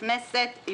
אנחנו נחזור בנו.